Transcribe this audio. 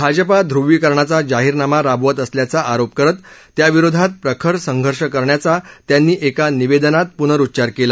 भाजपा ध्वीकरणाचा जाहीरनामा राबवत असल्याचा आरोप करत त्याविरोधात प्रखर संघर्ष करण्याचा त्यांनी एका निवेदनात प्नरुच्चार केला